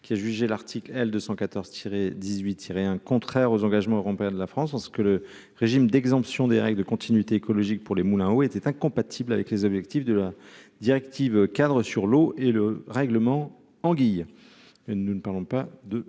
qui a jugé l'article L 214 tiré 18 tirer hein contraire aux engagements européens de la France parce que le régime d'exemption des règles de continuité écologique pour les Moulins où était incompatible avec les objectifs de la directive cadre sur l'eau et le règlement anguille, nous ne parlons pas de